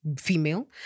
female